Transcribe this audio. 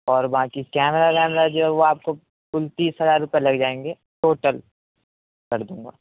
اور باقی کیمرہ ویمرہ جو ہے وہ آپ کو کل تیس ہزار روپے لگ جائیں گے ٹوٹل کر دوں گا